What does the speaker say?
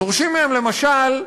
דורשים מהם, למשל,